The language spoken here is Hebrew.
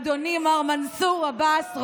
אדוני מר מנסור עבאס,